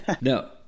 No